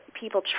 people